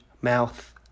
mouth